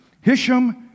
Hisham